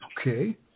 Okay